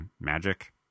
magic